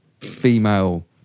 female